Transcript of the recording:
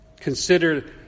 Consider